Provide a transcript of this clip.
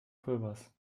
pulvers